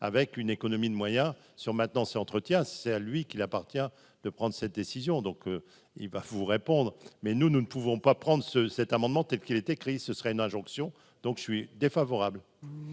avec une économie de moyens sur maintenant c'est entretien, c'est à lui qu'il appartient de prendre cette décision, donc il va vous répondre, mais nous, nous ne pouvons pas prendre ce cet amendement telle qu'il est écrit : ce serait une injonction, donc je suis défavorable.